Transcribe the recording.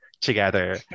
together